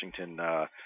Washington –